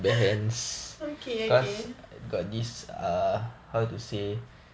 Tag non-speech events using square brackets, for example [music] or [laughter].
[laughs] okay okay